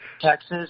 Texas